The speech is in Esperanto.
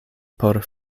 por